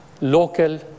local